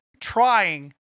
trying